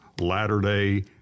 latter-day